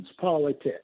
politics